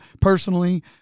personally